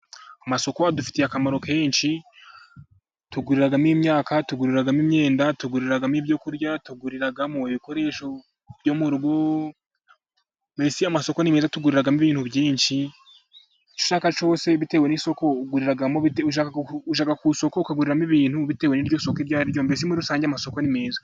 Amasoko adufitiye akamaro kenshi. Tuguriramo imyaka, tuguriramo imyenda, tuguriramo ibyo kurya, tuguriramo ibikoresho byo mu rugo, amasoko ni meza. tuguriramo ibintu byinshi dushaka bitewe n'iryo soko iryo ari ryo muri rusange amasoko ni meza.